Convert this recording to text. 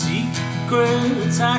Secrets